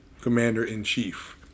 Commander-in-Chief